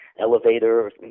elevator